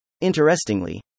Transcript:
Interestingly